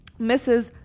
Mrs